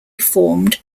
formed